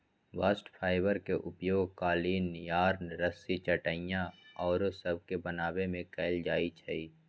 bast fibre के उपयोग कालीन, यार्न, रस्सी, चटाइया आउरो सभ बनाबे में कएल जाइ छइ